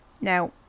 Now